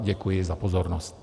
Děkuji za pozornost.